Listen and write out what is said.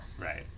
Right